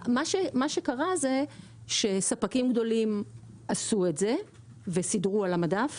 מה שקרה זה שספקים גדולים עשו את זה וסידרו על המדף